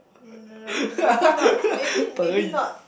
Deyi